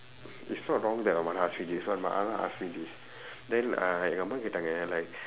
it's not wrong that our mother ask me this but my mother ask me this then uh எங்கே அம்மா கேட்டாங்க:engkee ammaa keetdaangka like